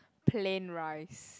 plain rice